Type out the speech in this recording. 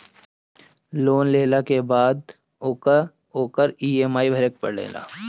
loan लेहला के बाद ओकर इ.एम.आई भरे के पड़ेला